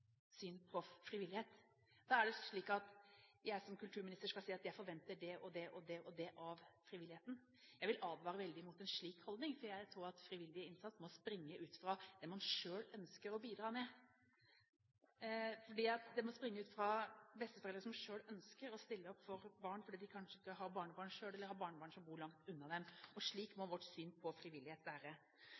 Da er det slik at jeg som kulturminister skal si at jeg forventer det og det og det av frivilligheten. Jeg vil advare veldig mot en slik holdning, for jeg tror at frivillig innsats må springe ut fra det man selv ønsker å bidra med, det må springe ut fra dem som selv ønsker å stille opp som besteforeldre for barn fordi de kanskje ikke har barnebarn selv, eller har barnebarn som bor langt unna dem. Slik må vårt syn på frivillighet være.